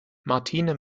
martine